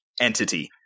entity